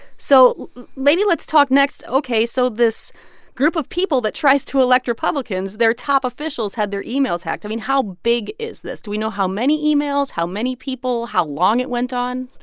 so maybe let's talk next, ok, so this group of people that tries to elect republicans their top officials had their emails hacked. i mean, how big is this? do we know how many emails, how many people, how long it went on?